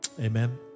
Amen